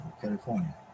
California